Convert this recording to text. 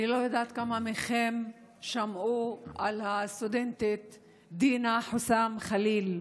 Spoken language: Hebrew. אני לא יודעת כמה מכם שמעו על הסטודנטית דינה חוסאם ח'ליל,